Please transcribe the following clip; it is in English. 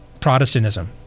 Protestantism